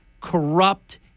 corrupt